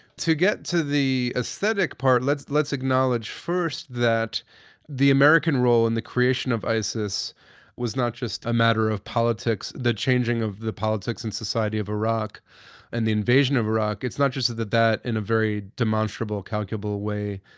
to get to the aesthetic part, let's let's acknowledge first that the american role in the creation of isis was not just a matter of politics, the changing of the politics and society of iraq and the invasion of iraq. it's not just that that, in a very demonstrable, calculable way,